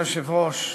אדוני היושב-ראש,